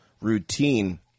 routine